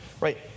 right